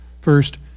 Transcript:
first